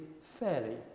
fairly